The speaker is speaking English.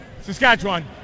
Saskatchewan